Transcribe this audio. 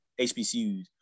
HBCUs